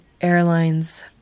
Airlines